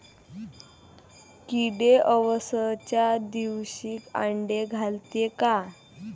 किडे अवसच्या दिवशी आंडे घालते का?